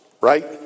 right